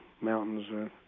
Mountains